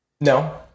No